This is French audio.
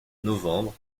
novembre